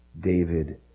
David